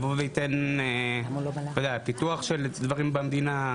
הדור שיבוא ויגרום לפיתוח של דברים במדינה,